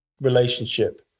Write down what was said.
relationship